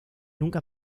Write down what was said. nunca